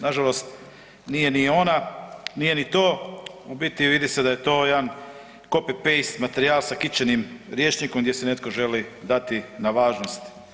Nažalost nije ni ona, nije ni to, u biti vidi se da je to jedan copy paste materijal sa kićenim rječnikom gdje si netko želi dati na važnosti.